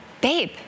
babe